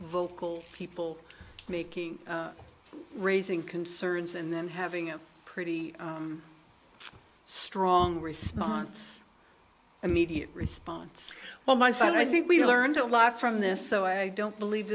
vocal people making raising concerns and then having a pretty strong response immediate response well my friend i think we learned a lot from this so i don't believe